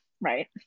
right